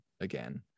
again